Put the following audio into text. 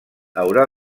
haurà